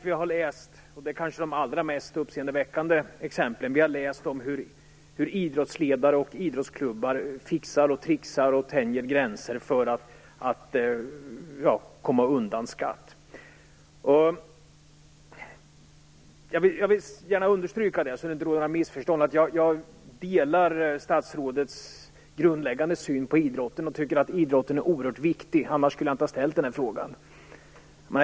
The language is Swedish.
Vi har läst om hur idrottsledare och idrottsklubbar fixar och tänjer gränser för att komma undan skatt; det är kanske det allra mest uppseendeväckande exemplet. Jag vill understryka att jag delar statsrådets grundläggande syn på idrotten, så att det inte råder något missförstånd. Jag tycker att idrotten är oerhört viktig. Annars skulle jag inte ha ställt den här frågan.